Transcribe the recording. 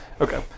Okay